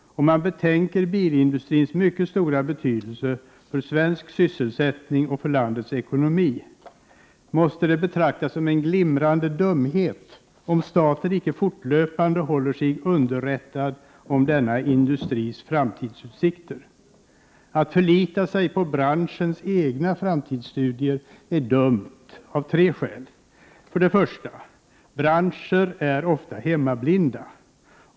Om man betänker bilindustrins mycket stora betydelse för svensk sysselsättning och för landets ekonomi, måste det betraktas som en ”glimrande dumhet” om staten icke fortlöpande håller sig underrättad om denna industris framtidsutsikter. Att förlita sig på branschens egna framtidsstudier är dumt av tre skäl. 1. Branscher är ofta hemmablinda.